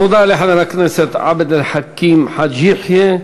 תודה לחבר הכנסת עבד אל חכים חאג' יחיא.